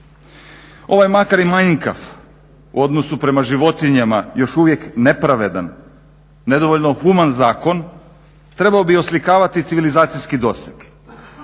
Ovaj makar i manjkav u odnosu prema životinjama još uvijek nepravedan, nedovoljno human zakon trebao bi oslikavati civilizacijski doseg